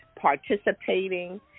participating